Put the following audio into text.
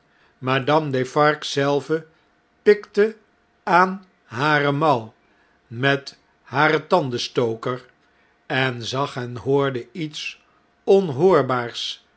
madame defarge zelve pikte aan hare mouw met haar tandenstoker en zag en hoorde iets onhoorbaars